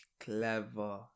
Clever